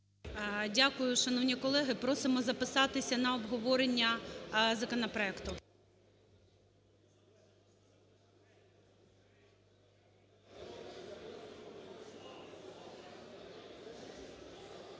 Дякую. Шановні колеги, просимо записатися на обговорення законопроекту.